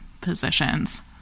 positions